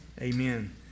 amen